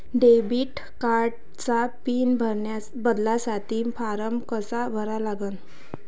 Debit कार्डचा pin बदलासाठी फारम कसा भरा लागन?